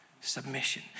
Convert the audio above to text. submission